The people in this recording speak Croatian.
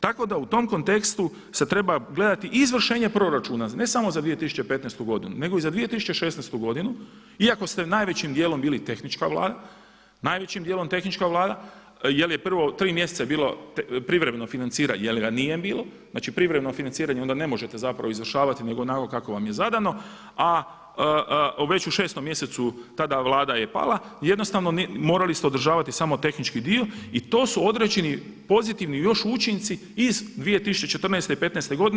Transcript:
Tako da u tom kontekstu se treba gledati i izvršenje proračuna, ne samo za 2015. godinu nego i za 2016. godinu iako ste najvećim dijelom bili tehnička Vlada, najvećim dijelom tehnička Vlada jer je prvih 3 mjeseca je bilo privremeno financira jer ga nije bilo, znači privremeno financiranje onda ne možete zapravo izvršavati nego onako kako vam je zadano a već u 6 mjesecu tada Vlada je pala i jednostavno morali ste održavati samo tehnički dio i to su određeni pozitivni još učinci iz 2014. i 2015. godine.